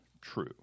true